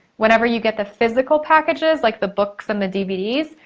whenever you get the physical packages like the books and the dvds,